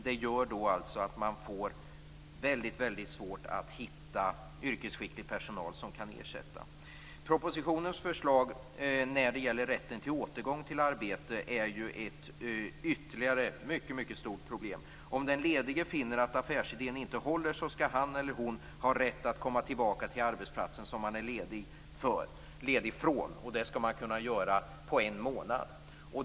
Det gör att man får väldigt svårt att hitta yrkesskicklig personal som kan ersätta personen i fråga. Propositionens förslag när det gäller rätten till återgång till arbete är ytterligare ett mycket stort problem. Om den ledige finner att affärsidén inte håller skall han eller hon ha rätt att komma tillbaka till arbetsplatsen som han eller hon är ledig från inom en månad.